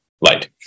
light